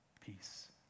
peace